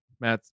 Matt